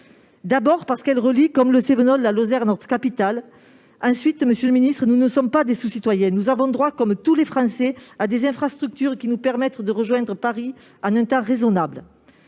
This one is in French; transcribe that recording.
d'abord, parce qu'elle relie, comme le Cévenol, la Lozère à notre capitale. Monsieur le ministre, nous ne sommes pas des sous-citoyens : comme tous les Français, nous avons le droit à des infrastructures qui nous permettent de rejoindre Paris en un temps raisonnable.